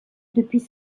depuis